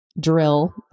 drill